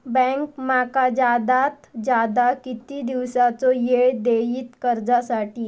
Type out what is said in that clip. Bank माका जादात जादा किती दिवसाचो येळ देयीत कर्जासाठी?